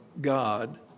God